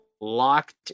locked